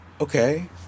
Okay